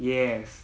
yes